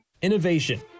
Innovation